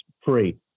free